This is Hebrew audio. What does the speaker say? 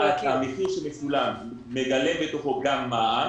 האם מה שמשולם מגלם בתוכו גם מע"מ,